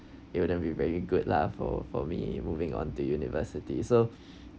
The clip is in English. it wouldn't be very good lah for for me moving on university so